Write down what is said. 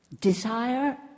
desire